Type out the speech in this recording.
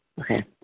Okay